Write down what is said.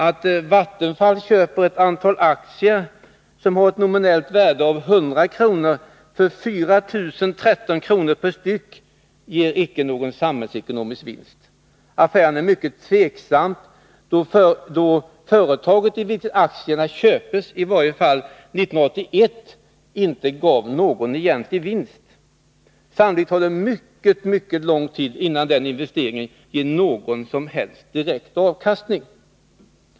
Att Vattenfall köper ett antal aktier som nominellt är värda 100 kr. för 4013 kr. styck ger ingen samhällsekonomisk vinst. Affären är mycket tvivelaktig, då företaget i vilket aktierna köpesi varje fall 1981 inte gav någon egentlig vinst. Sannolikt tar det mycket lång tid innan den investeringen ger någon som helst direkt avkastning.